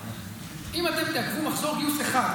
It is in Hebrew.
אם אתם תעכבו מחזור גיוס אחד,